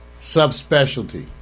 subspecialty